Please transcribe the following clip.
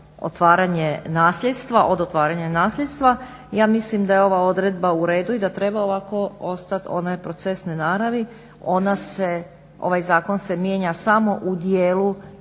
otvaranje nasljedstva od otvaranja nasljedstva. Ja mislim da je ova odredba u redu i da treba ovako ostati onaj procesne naravi. Ovaj zakon se mijenja samo u dijelu i regulira